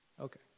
Okay